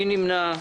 מי נמנע?